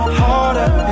harder